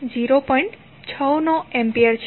69 ampere છે